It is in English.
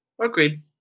agreed